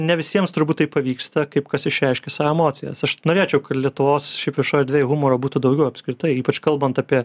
ne visiems turbūt tai pavyksta kaip kas išreiškia savo emocijas aš norėčiau kad lietuvos šiaip išradvėjų humoro būtų daugiau apskritai ypač kalbant apie